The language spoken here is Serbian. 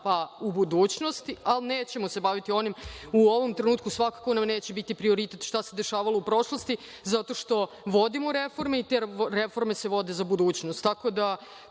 pa ubuduće, ali nećemo se baviti onim, u ovom trenutku svakako nam neće biti prioritet šta se dešavalo u prošlosti, zato što vodimo reforme i te reforme se vode za budućnost.